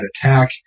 attack